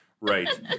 right